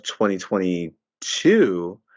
2022